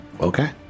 Okay